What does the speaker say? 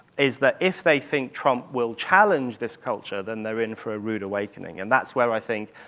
is that if they think trump will challenge this culture, then they're in for a rude awakening, and that's where, i think,